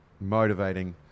motivating